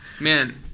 Man